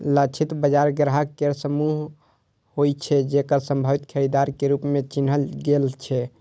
लक्षित बाजार ग्राहक केर समूह होइ छै, जेकरा संभावित खरीदार के रूप मे चिन्हल गेल छै